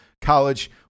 college